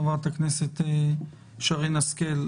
חברת הכנסת שרן השכל,